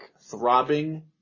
throbbing